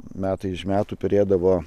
metai iš metų perėdavo